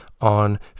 on